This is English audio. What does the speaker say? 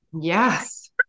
yes